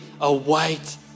await